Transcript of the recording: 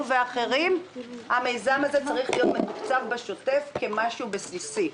ואחרים המיזם הזה צריך להיות מתוקצב בשוטף כמשהו בסיסי.